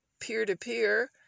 peer-to-peer